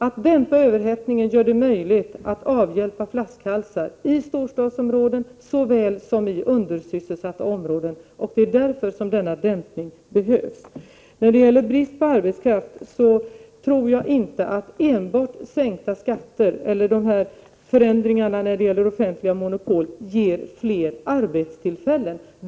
Att dämpa överhettningen gör det möjligt att avhjälpa flaskhalsar såväl i storstadsområden som i undersysselsatta områden. Det är därför som denna dämpning behövs. När det gäller brist på arbetskraft tror jag inte att enbart sänkta skatter eller förändringarna när det gäller offentliga monopol skulle ge fler arbetstillfällen.